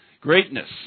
greatness